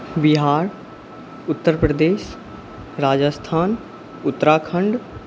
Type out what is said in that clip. Bihar Uttar Pradesh Rajasthan Uttarakhand